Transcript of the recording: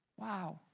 Wow